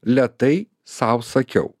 lėtai sau sakiau